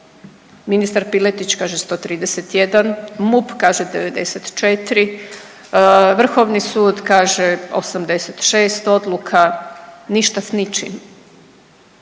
ministar Piletić kaže 131, MUP kaže 94, Vrhovni sud kaže 86 odluka. Ništa s ničim!